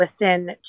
listen